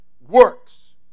works